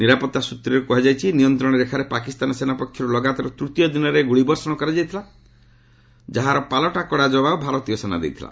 ନିରାପତ୍ତା ସ୍ନତ୍ରରୁ ଜଣାପଡ଼ିଛି ଯେ ନିୟନ୍ତ୍ରଣ ରେଖାରେ ପାକିସ୍ତାନ ସେନା ପକ୍ଷରୁ ଲଗାତାର ତୂତୀୟ ଦିନରେ ଗୁଳିବର୍ଷଣ କରାଯାଇଥିଲା ଯାହାର ପାଲଟା କଡ଼ା ଜବାବ ଭାରତୀୟ ସେନା ଦେଇଥିଲା